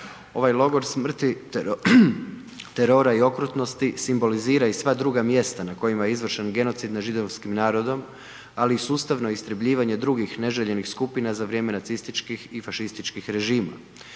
Ovaj logor smrti, terora i okrutnosti simbolizira i sva druga mjesta na kojima je izvršen genocid nad židovskim narodom, ali i sustavno istrebljivanje drugih neželjenih skupina za vrijeme nacističkih i fašističkih režima